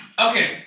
Okay